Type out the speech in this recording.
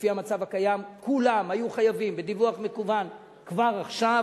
לפי המצב הקיים כולם היו חייבים בדיווח מקוון כבר עכשיו,